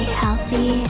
healthy